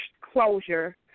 closure